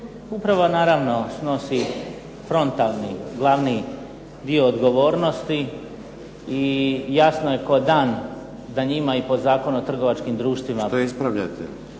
Uprava naravno snosi frontalni glavni dio odgovornosti i jasno je kao dan da njima i po Zakonu o trgovačkim društvima.